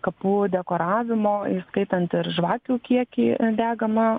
kapų dekoravimo įskaitant ir žvakių kiekį degamą